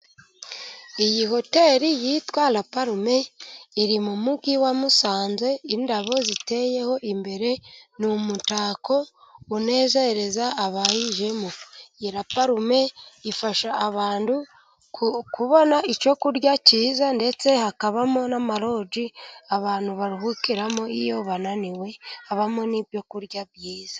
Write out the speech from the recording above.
Iyi hoteri yitwa Raparume iri mu mujyi wa Musanze, indabo ziteyeho imbere, ni umutako unezereza abayijemo. iyi Raparume ifasha abantu kubona icyo kurya cyiza, ndetse hakabamo n'amaroje abantu baruhukiramo iyo bananiwe, habamo n'ibyo kurya byiza.